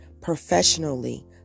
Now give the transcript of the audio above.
professionally